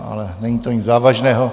Ale není to nic závažného.